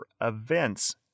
events